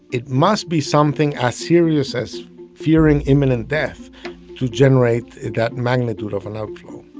it must be something as serious as fearing imminent death to generate that magnitude of an outflow